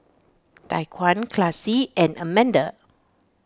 Tyquan Classie and Amanda